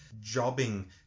jobbing